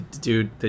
Dude